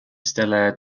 stellaire